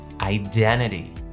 Identity